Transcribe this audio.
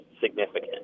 significant